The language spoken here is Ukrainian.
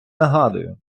нагадую